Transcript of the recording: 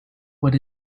what